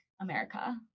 america